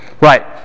Right